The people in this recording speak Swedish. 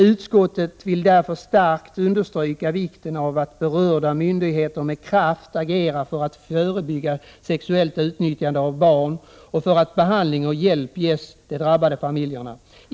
Utskottet vill därför starkt understryka vikten av att berörda myndigheter med kraft agerar för att förebygga sexuellt utnyttjande av barn och för att behandling och hjälp ges de drabbade familjerna.